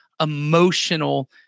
emotional